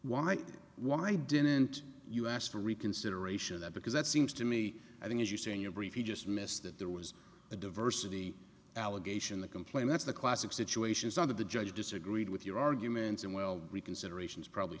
why why didn't you ask for reconsideration of that because that seems to me i think as you say in your brief you just missed that there was a diversity allegation the complaint that's the classic situations are that the judge disagreed with your arguments and well reconsiderations probably